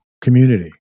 community